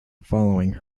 following